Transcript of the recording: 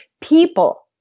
people